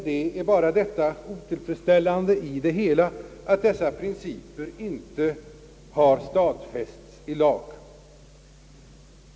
Det otillfredsställande är att dessa principer inte har stadfästs i lag.